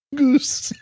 Goose